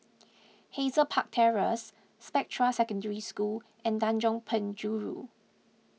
Hazel Park Terrace Spectra Secondary School and Tanjong Penjuru